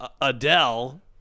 Adele